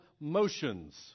motions